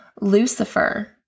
Lucifer